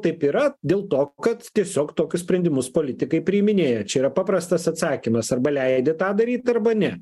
taip yra dėl to kad tiesiog tokius sprendimus politikai priiminėja čia yra paprastas atsakymas arba leidi tą daryti arba ne